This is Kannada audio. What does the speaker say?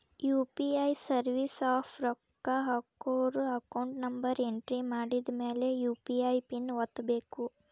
ಯು.ಪಿ.ಐ ಸರ್ವಿಸ್ ಆಪ್ ರೊಕ್ಕ ಹಾಕೋರ್ ಅಕೌಂಟ್ ನಂಬರ್ ಎಂಟ್ರಿ ಮಾಡಿದ್ಮ್ಯಾಲೆ ಯು.ಪಿ.ಐ ಪಿನ್ ಒತ್ತಬೇಕು